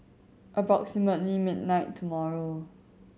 approximately midnight tomorrow